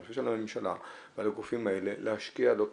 אני חושב שעל הממשלה ועל הגופים האלה להשקיע לא פחות,